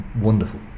wonderful